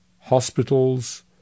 hospitals